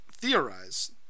theorize